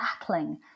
battling